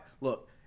Look